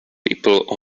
people